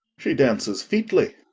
she dances featly.